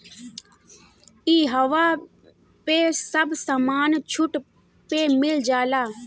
इहवा पे सब समान छुट पे मिल जाला